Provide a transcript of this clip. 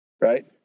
right